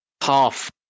half